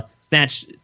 snatch